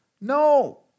No